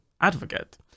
advocate